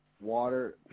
water